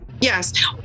Yes